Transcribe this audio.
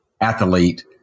athlete